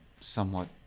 somewhat